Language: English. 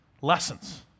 lessons